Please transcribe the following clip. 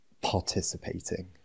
participating